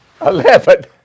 Eleven